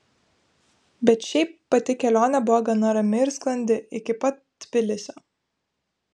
bet šiaip pati kelionė buvo gana rami ir sklandi iki pat tbilisio